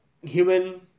human